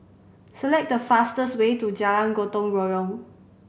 select the fastest way to Jalan Gotong Royong